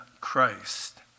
Christ